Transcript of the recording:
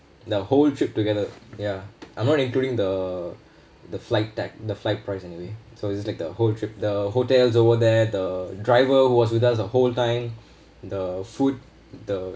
the whole trip together ya I'm not including the the flight tag the flight prices anyway so it's just like the whole trip the hotels over there the driver was with us the whole time the food the